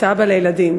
אתה אבא לילדים,